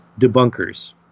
debunkers